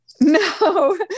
No